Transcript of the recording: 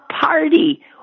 party